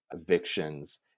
evictions